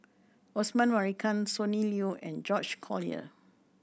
Osman Merican Sonny Liew and George Collyer